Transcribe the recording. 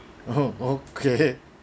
oh okay